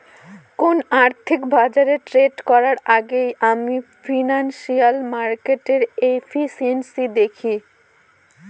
কোন আর্থিক বাজারে ট্রেড করার আগেই আমি ফিনান্সিয়াল মার্কেটের এফিসিয়েন্সি দেখি